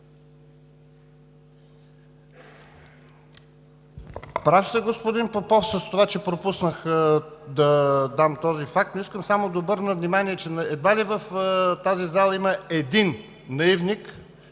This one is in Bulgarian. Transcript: Прав сте, господин Попов, с това, че пропуснах да спомена този факт, но искам само да обърна внимание, че едва ли в тази зала има един наивник,